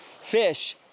fish